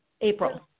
April